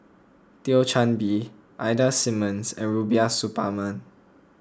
Thio Chan Bee Ida Simmons and Rubiah Suparman